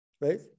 right